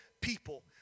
people